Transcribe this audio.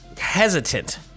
hesitant